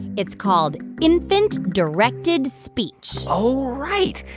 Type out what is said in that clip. it's called infant-directed speech oh, right.